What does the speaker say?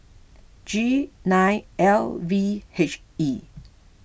G nine L V H E